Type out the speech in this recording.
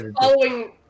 following